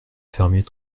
fermier